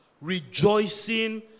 rejoicing